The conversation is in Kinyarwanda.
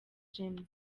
james